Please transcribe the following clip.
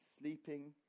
sleeping